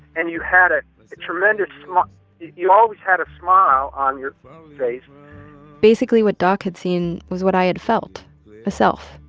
and you had a tremendous you always had a smile on your face basically, what doc had seen was what i had felt a self,